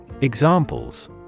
Examples